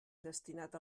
destinat